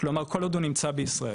כלומר כל עוד הוא נמצא בישראל?